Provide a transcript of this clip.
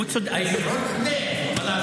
זה מה שאמרתי, היושב-ראש צודק, מה לעשות.